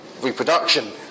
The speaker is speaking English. reproduction